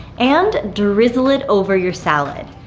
and drizzle it over your salad.